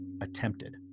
attempted